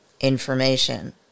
information